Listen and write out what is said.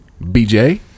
BJ